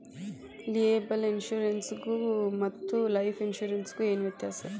Liable insurance ಗು ಮತ್ತ life insurance ಗು ಏನ್ ವ್ಯಾತ್ಯಾಸದ?